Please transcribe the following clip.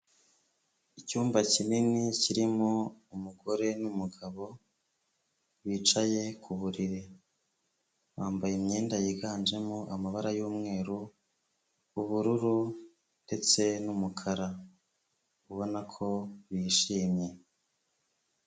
Icyumba kinini kirimo umugore n'umugabo bicaye ku buriri, bambaye imyenda yiganjemo amabara y'umweru, ubururu ndetse n'umukara ubona ko bishimye.